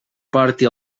porti